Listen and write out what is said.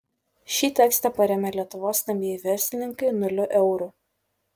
šį tekstą parėmė lietuvos stambieji verslininkai nuliu eurų